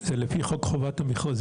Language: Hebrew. זה לפי חוק חובת המכרזים?